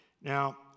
Now